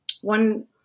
One